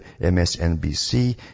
MSNBC